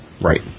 right